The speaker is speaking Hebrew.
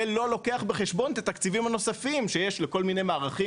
זה לא לוקח בחשבון את התקציבים הנוספים שיש לכל מיני מערכים